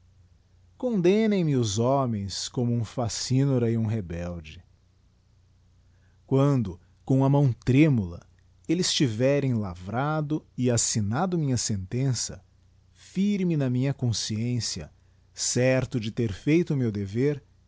condemnem me os homens como um fascinora e um rebelde quando cora a mão tremula elles tiverem lavrado e assignado minha sentença firme na minha consciência certo de ter feito o meu dever